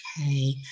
Okay